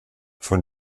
von